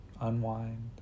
unwind